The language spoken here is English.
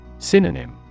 Synonym